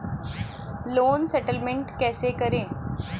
Loan settlement कैसे करें?